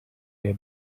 air